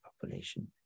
population